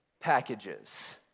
packages